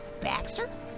Baxter